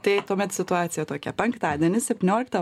tai tuomet situacija tokia penktadienį septynioliktą